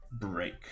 break